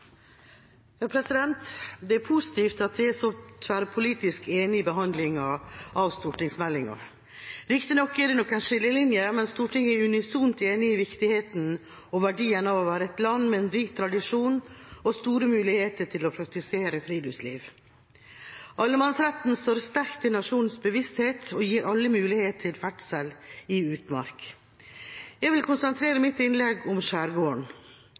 så tverrpolitisk enige i behandlingen av stortingsmeldinga. Riktignok er det noen skillelinjer, men Stortinget er unisont enige i viktigheten og verdien av å være et land med en rik tradisjon og store muligheter til å praktisere friluftsliv. Allemannsretten står sterkt i nasjonens bevissthet og gir alle mulighet til ferdsel i utmark. Jeg vil konsentrere mitt innlegg om skjærgården.